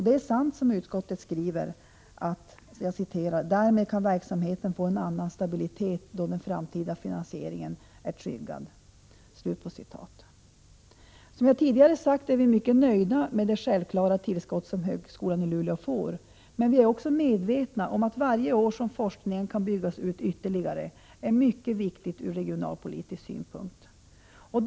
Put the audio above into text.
Det är sant som utskottet skriver: ”Därmed kan verksamheten få en annan stabilitet, då den framtida finansieringen är tryggad.” Som jag tidigare sagt är vi mycket nöjda med det tillskott som högskolan i Luleå får, men vi är också medvetna om att varje år som forskningen kan byggas ut ytterligare är mycket viktigt ur regionalpolitisk synpunkt.